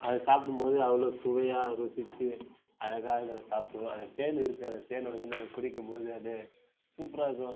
அது சாப்பிடும்போது அவ்வளோ சுவையாக ருசித்து அழகாய் நாங்கள் சாப்பிடுவோம் அதில் தேன் இருக்கும் அந்த தேன் வந்து நாங்கள் குடிக்கும்போது அப்படியே சூப்பராக இருக்கும்